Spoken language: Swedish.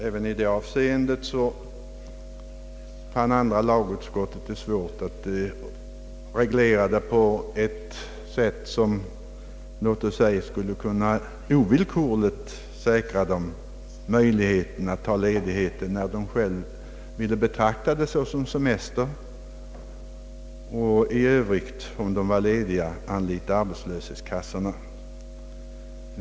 Även i det avseendet fann andra lagutskottet det svårt att i lagstiftningen reglera förhållandena på ett sätt som skulle kunna säkra dem möjligheten att ta ledigheten, när de själva ville betrakta den som se mester, eller i övrigt — om de var lediga — anlita arbetslöshetskassorna.